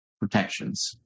protections